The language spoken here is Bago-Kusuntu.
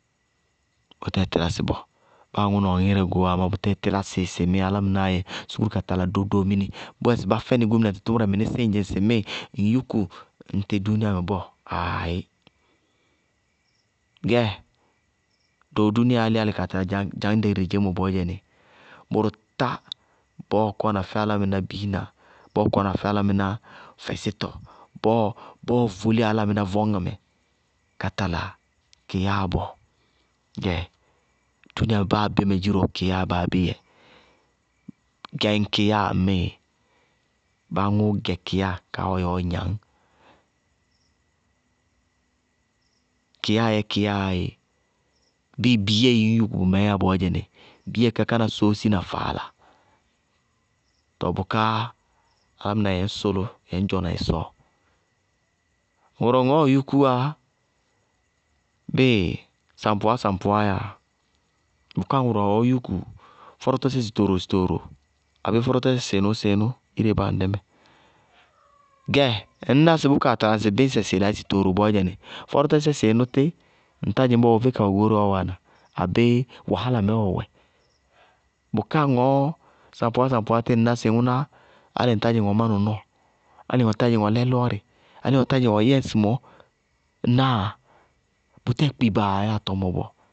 Bʋtɛɛ tílásɩ bɔɔ. Báa aŋʋ na ɔ ŋírɛ goówá amá bʋtɛɛ tílásɩ sɩ álámɩnáá yɛ sukúru ka tala doo-doominii mɩnísíɩ bʋyɛ sɩ bá fɛnɩ gómínŋtɩ tʋmʋrɛ mɩnísíɩ ñ dzɩŋ sɩ ŋ yúku ŋtɩ dúúnia mɛ bɔɔ. Aaayí. Gɛɛ doo dúúniaá líyá álɩ kaa tala dza ñdɛ ire dedzémɔ bɔɔyɛnɩ, bʋrʋ tá bɔɔɔ kɔwana fɛ álámɩná biina bɔɔɔ kɔwana fɛ álámɩná fɛsítɔ, bɔɔɔ voliyá álámɩná vɔñŋɛ mɛ ka tala kɩyáa bɔɔ. Gɛɛ dúúnia mɛ báa bé mɛ dziró kɩyáa báa bé yɛɛ. Gɛ ŋ kɩyáa ŋmíɩ? Báa aŋʋʋ gɛ kɩyáa kaá ɔɔ yɛ ɔɔ gnañ, kɩyáa yɛ kɩyáa yá éé. Báa biyéii ŋñ yúku bʋmɛɛ yá bɔɔyɛnɩ, biyéi ká kána sóósi na faala. Tɔɔ bʋká álámɩná yɛ ŋñ sʋlʋ, yɛ ŋñ dzɔna ɩsɔɔ, ŋʋrʋ ŋɔɔɔ yúkúwá bíɩ saŋpʋwá-saŋpʋwáá yáa, bʋká ŋʋrʋ wɛ ɔɔ yúku fɔrɔtɔsɛ sɩtooro sɩtooro, abéé fɔrɔtɔsɛ sɩɩnʋ-sɩɩnʋ ire báa aŋdɛ mɛ, gɛɛ ŋñná sɩ bʋ kaa tala ŋsɩ bíñsɛ sɩɩlɛ abéé sɩtooro bɔɔyɛnɩ, fɔrɔtɔsɛ sɩɩnʋ tí ŋtá dzɩŋ bɔɔ ɔvé kawɛ goóreé ɔ wáana, abéé wahála mɛɛ ɔwɛ bʋká ŋɔɔ saŋpʋwá saŋpʋwá tí ŋñ ná sɩ ŋʋná álɩ ŋtá dzɩŋ má nɔnɔɔ, álɩ ŋtá dzɩŋ ɔ lɛ lɔɔrɩ, álɩ ŋtá dzɩŋ ɔ yɛ ŋsɩmɔɔ, ŋnáa? Bʋtɛɛ kpibaa yáa tɔmɔ bɔɔ.